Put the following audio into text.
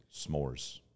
s'mores